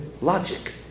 Logic